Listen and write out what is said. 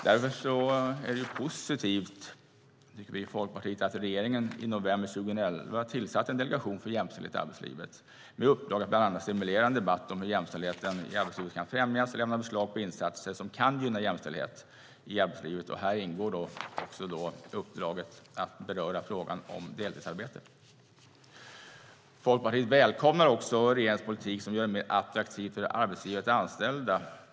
Därför anser vi i Folkpartiet att det är positivt att regeringen i november 2011 tillsatte en delegation för jämställdhet i arbetslivet med uppdrag att bland annat stimulera en debatt om hur jämställdhet i arbetslivet kan främjas och lämna förslag på insatser som kan gynna jämställdhet i arbetslivet. Här ingår också uppdraget att beröra frågan om deltidsarbete. Folkpartiet välkomnar också regeringens politik som gör det mer attraktivt för arbetsgivare att anställa.